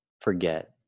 forget